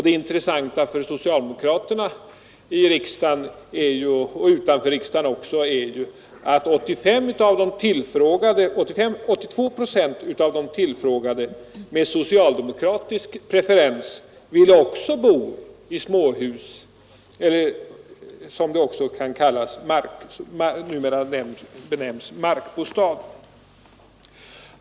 Det intressanta för socialdemokraterna både i och utanför riksdagen är att 82 procent av de tillfrågade med socialdemokratisk preferens också ville bo i småhus eller, som det numera benämns, markbostad.